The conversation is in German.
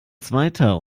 zweiter